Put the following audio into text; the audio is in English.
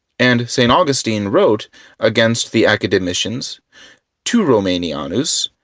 and st. augustine wrote against the academicians to romanianus,